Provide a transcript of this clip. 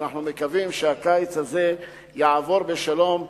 ואנחנו מקווים שהקיץ הזה יעבור בשלום,